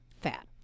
fat